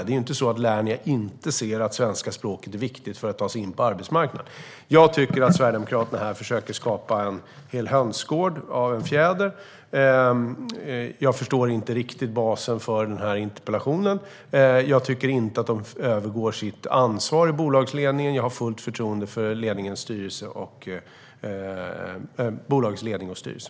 Det är inte så att de inte ser att svenska språket är viktigt för att ta sig in på arbetsmarknaden. Jag tycker att Sverigedemokraterna här försöker skapa en hel hönsgård av en fjäder. Jag förstår inte riktigt grunden för den här interpellationen. Jag tycker inte att bolagsledningen övergår sitt ansvar. Jag har fullt förtroende för bolagsledning och styrelse.